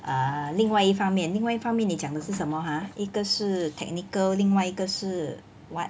err 另外一方面另外一方面你讲的是什么 !huh! 一个是 technical 另外一个是 what